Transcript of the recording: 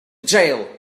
jail